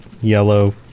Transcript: yellow